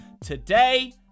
today